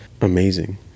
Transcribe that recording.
amazing